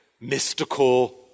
mystical